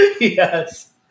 Yes